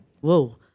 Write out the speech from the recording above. Whoa